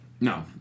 No